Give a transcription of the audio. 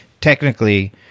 technically